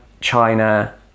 China